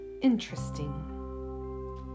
interesting